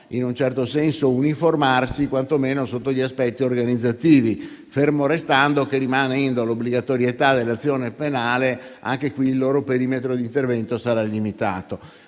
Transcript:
in un certo senso uniformarsi, quantomeno sotto gli aspetti organizzativi, fermo restando che, rimanendo l'obbligatorietà dell'azione penale, il loro perimetro di intervento sarà limitato.